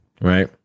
right